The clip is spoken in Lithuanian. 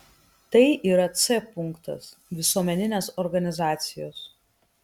tai yra c punktas visuomeninės organizacijos